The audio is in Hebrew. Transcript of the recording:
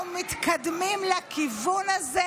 אנחנו מתקדמים לכיוון הזה.